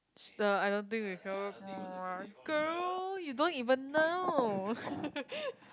sh~ uh the I don't think we've travelled uh girl you don't even know